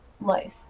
life